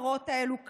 המראות האלו קשים,